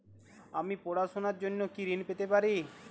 আমি পড়াশুনার জন্য কি ঋন পেতে পারি?